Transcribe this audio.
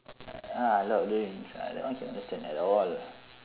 ah lord of the rings ah that one cannot understand at all